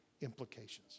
implications